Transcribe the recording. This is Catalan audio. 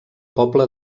poble